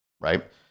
right